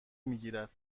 میگیرد